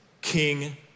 king